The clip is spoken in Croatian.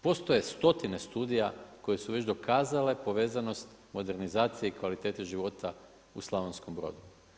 Postoje stotine studija koje su već dokazale povezanost modernizacije i kvalitete života u Slavonskom Brodu.